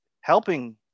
helping